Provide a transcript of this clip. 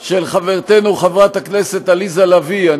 של חברתנו חברת הכנסת עליזה לביא,